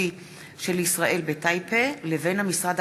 והתרבותי של ישראל בטייפה לבין המשרד